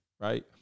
right